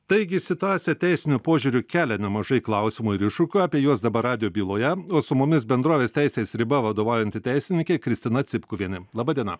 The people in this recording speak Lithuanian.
taigi situacija teisiniu požiūriu kelia nemažai klausimų ir iššūkių apie juos dabar radijo byloje o su mumis bendrovės teisės riba vadovaujanti teisininkė kristina cipkuvienė laba diena